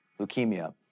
leukemia